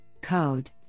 code